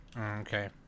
Okay